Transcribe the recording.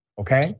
Okay